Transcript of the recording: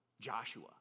Joshua